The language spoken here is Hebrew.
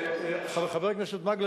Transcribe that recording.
חבר הכנסת מקלב,